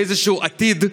לאיזשהו עתיד,